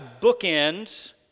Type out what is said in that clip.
bookends